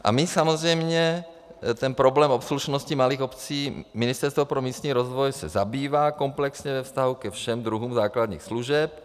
A my samozřejmě ten problém obslužnosti malých obcí, Ministerstvo pro místní rozvoj se zabývá komplexně ve vztahu ke všem druhům základních služeb.